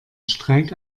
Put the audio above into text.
streik